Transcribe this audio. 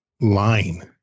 line